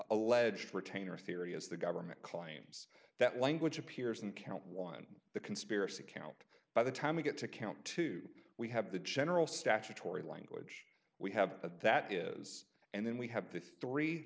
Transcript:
alleged retainer theory as the government claims that language appears in count one the conspiracy count by the time we get to count two we have the general statutory language we have a that is and then we have the three